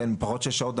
כן, זה ברור שזו הזדמנות.